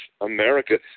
america